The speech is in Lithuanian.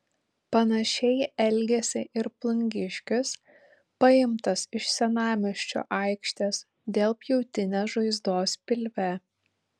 panašiai elgėsi ir plungiškis paimtas iš senamiesčio aikštės dėl pjautinės žaizdos pilve